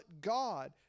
God